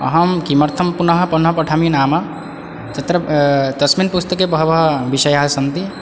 अहं किमर्थं पुनः पुनः पठामि नाम तत्र तस्मिन् पुस्तके बहवः विषयाः सन्ति